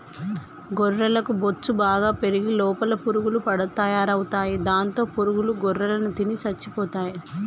గొర్రెలకు బొచ్చు బాగా పెరిగి లోపల పురుగులు తయారవుతాయి దాంతో పురుగుల గొర్రెలను తిని చచ్చిపోతాయి